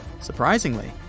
Surprisingly